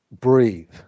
breathe